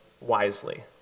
wisely